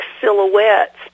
silhouettes